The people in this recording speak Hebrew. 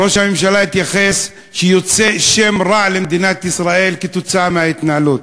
ראש הממשלה התייחס לכך שיוצא שם רע למדינת ישראל כתוצאה מההתנהלות.